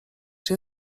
czy